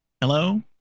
Hello